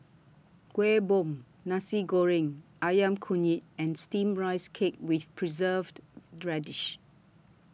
Kueh Bom Nasi Goreng Ayam Kunyit and Steamed Rice Cake with Preserved Radish